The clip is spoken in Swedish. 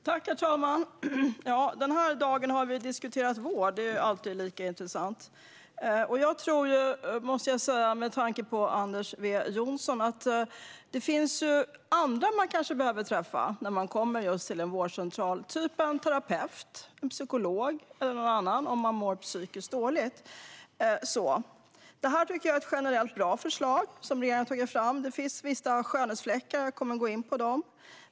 Herr talman! Den här dagen har vi diskuterat vård. Det är alltid lika intressant. Med tanke på det Anders W Jonsson sa vill jag säga att det kanske finnas andra som man behöver träffa när man kommer till en vårdcentral. Det kan vara en terapeut, en psykolog eller någon annan om man mår psykiskt dåligt. Det här är generellt ett bra förslag generellt som regeringen har tagit fram. Det finns vissa skönhetsfläckar, och jag kommer att gå in på dem.